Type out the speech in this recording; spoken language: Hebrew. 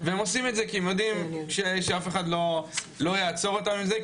והם עושים את זה כי הם יודעים שאף אחד לא יעצור אותם על זה,